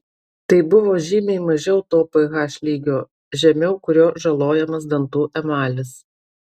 tai buvo žymiai mažiau to ph lygio žemiau kurio žalojamas dantų emalis